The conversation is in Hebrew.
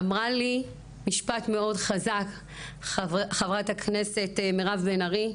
אמרה לי משפט מאוד חזק חברת הכנסת מירב בן ארי: